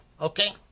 Okay